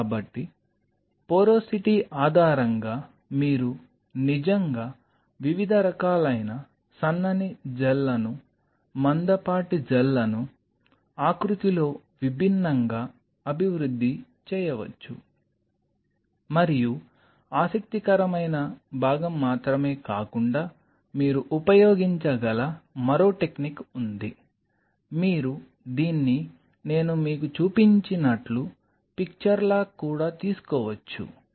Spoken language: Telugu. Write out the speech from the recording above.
కాబట్టి పోరోసిటీ ఆధారంగా మీరు నిజంగా వివిధ రకాలైన సన్నని జెల్లను మందపాటి జెల్లను ఆకృతిలో విభిన్నంగా అభివృద్ధి చేయవచ్చు మరియు ఆసక్తికరమైన భాగం మాత్రమే కాకుండా మీరు ఉపయోగించగల మరో టెక్నిక్ ఉంది మీరు దీన్ని నేను మీకు చూపించినట్లు పిక్చర్ లా కూడా తీసుకోవచ్చు